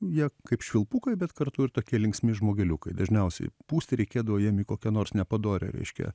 jie kaip švilpukai bet kartu ir tokie linksmi žmogeliukai dažniausiai pūsti reikėdavo jiem į kokią nors nepadorią reiškia